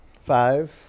five